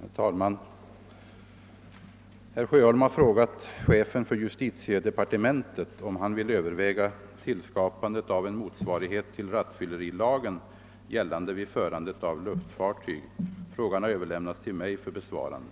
Herr talman! Herr Sjöholm har frågat chefen för justitiedepartementet om han vill överväga tillskapandet av en motsvarighet till rattfyllerilagen gällande vid förandet av luftfartyg. Frågan har överlämnats till mig för besvarande.